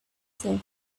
said